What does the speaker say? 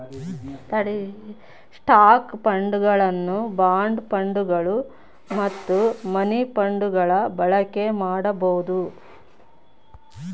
stock ಫಂಡ್ಗಳನ್ನು bond ಫಂಡ್ಗಳು ಮತ್ತು ಮನಿ ಫಂಡ್ಗಳ ಬಳಕೆ ಮಾಡಬೊದು